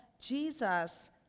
Jesus